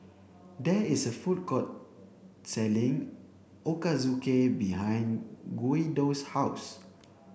there is a food court selling Ochazuke behind Guido's house